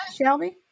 Shelby